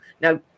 now